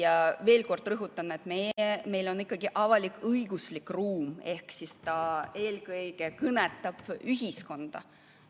ja veel kord rõhutan, et meil on ikkagi avalik-õiguslik ruum. Ta eelkõige kõnetab ühiskonda,